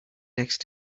next